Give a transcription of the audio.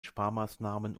sparmaßnahmen